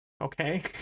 okay